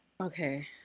Okay